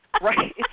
Right